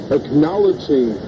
...acknowledging